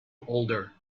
older